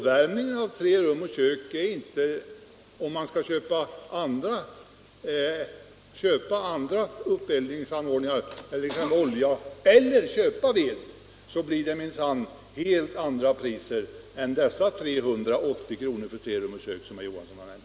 Men om man skall köpa bränsle för uppeldningen —- köpa olja eller köpa ved — blir det helt andra priser än de 380 kr. för tre rum och kök som herr Jonasson anger.